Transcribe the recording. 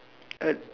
uh